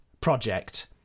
project